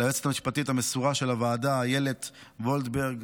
ליועצת המשפטית המסורה של הוועדה אילת וולברג,